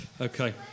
Okay